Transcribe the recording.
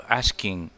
asking